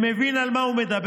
ומבין על מה הוא מדבר,